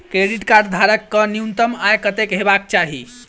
Credit card धारक कऽ न्यूनतम आय कत्तेक हेबाक चाहि?